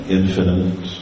infinite